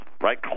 right